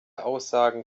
aussagen